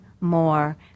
more